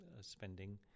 spending